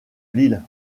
lille